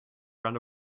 ran